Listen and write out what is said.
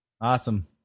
Awesome